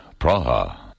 Praha